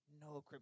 no